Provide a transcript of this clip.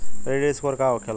Credit score का होखेला?